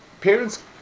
parents